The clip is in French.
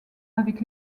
avec